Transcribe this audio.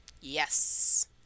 Yes